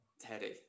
Teddy